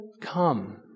come